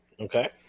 Okay